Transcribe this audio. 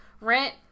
rent